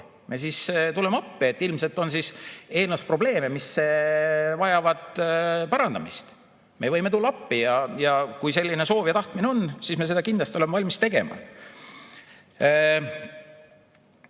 Me siis tuleme appi. Ilmselt on eelnõus probleeme, mis vajavad parandamist. Me võime tulla appi. Kui selline soov ja tahtmine on, siis me kindlasti oleme valmis seda